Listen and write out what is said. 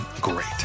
great